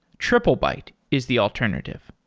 triplebyte is the alternative.